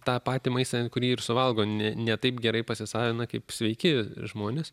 tą patį maistą kurį ir suvalgo ne ne taip gerai pasisavina kaip sveiki žmonės